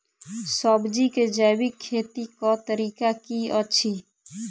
सब्जी केँ जैविक खेती कऽ तरीका की अछि?